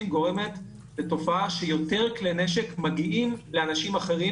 גורמת לתופעה שיותר כלי נשק מגיעים לאנשים אחרים,